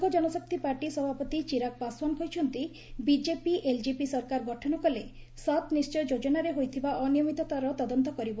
ଲୋକ ଜନଶକ୍ତି ପାର୍ଟି ସଭାପତି ଚିରାଗ୍ ପାଶ୍ୱାନ୍ କହିଛନ୍ତି ବିକେପି ଏଲ୍ଜେପି ସରକାର ଗଠନ କଲେ 'ସତ୍ ନିି୍୍ ୟ ଯୋଜନା'ରେ ହୋଇଥିବା ଅନିୟମିତତାର ତଦନ୍ତ କରିବ